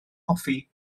hoffi